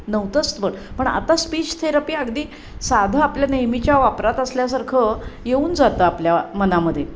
नव्हतंच पण पण आता स्पीच थेरपी अगदी साधं आपल्या नेहमीच्या वापरात असल्यासारखं येऊन जातं आपल्या मनामध्ये